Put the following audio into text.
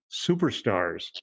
superstars